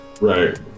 right